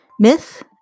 Myth